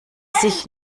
sich